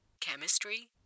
Chemistry